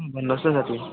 भन्नुहोस् न साथी